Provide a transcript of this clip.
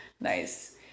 Nice